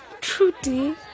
Trudy